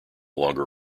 longer